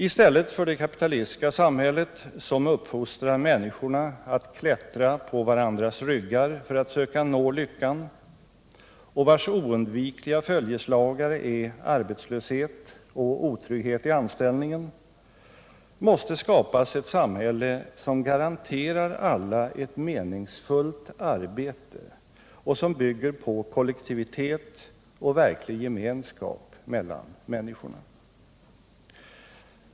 I stället för det kapitalistiska samhället — som uppfostrar människorna att klättra på varandras ryggar för att söka nå lyckan och vars oundvikliga följeslagare är arbetslöshet och otrygghet i anställningen — måste skapas ett samhälle som garanterar alla ett meningsfullt arbete och som bygger på kollektivitet och verklig gemenskap mellan människorna.